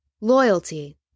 loyalty